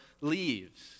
leaves